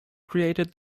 created